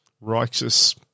righteous